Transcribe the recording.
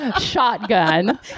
shotgun